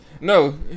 No